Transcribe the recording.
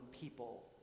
people